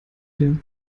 dir